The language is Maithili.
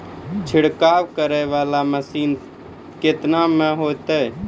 छिड़काव करै वाला मसीन केतना मे होय छै?